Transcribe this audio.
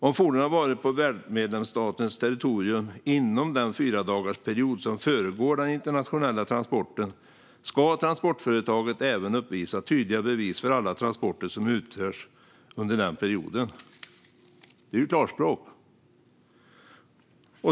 Om fordonet har varit på värdmedlemsstatens territorium inom den fyradagarsperiod som föregår den internationella transporten ska transportföretaget även uppvisa tydliga bevis för alla transporter som utförts under den perioden." Det är klarspråk.